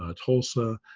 ah tulsa.